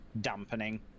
dampening